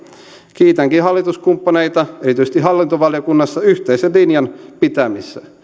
kiitänkin hallituskumppaneita erityisesti hallintovaliokunnassa yhteisen linjan pitämisestä